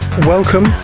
welcome